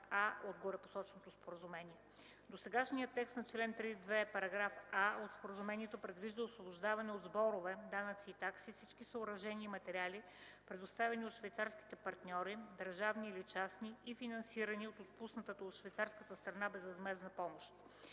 от горепосоченото споразумение. Досегашният текст на чл. 3.2, параграф „а” от Споразумението предвижда освобождаване от сборове, данъци и такси, всички съоръжения и материали, предоставяни от швейцарските партньори, държавни или частни, и финансирани от отпусканата от швейцарската страна безвъзмездна помощ.